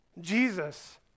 Jesus